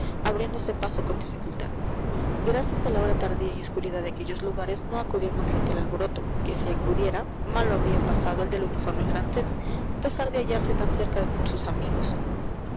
abriéndose paso con dificultad gracias a la hora tardía y oscuridad de aquellos lugares no acudió más gente al alboroto que si acudiera mal lo habría pasado el del uniforme francés a pesar de hallarse tan cerca sus amigos